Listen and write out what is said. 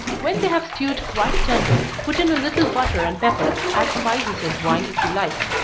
when they have stewed quite tender, put in a little butter and pepper add spices and wine if you like.